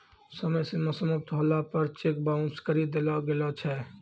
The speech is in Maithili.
समय सीमा समाप्त होला पर चेक बाउंस करी देलो गेलो छै